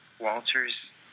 Walters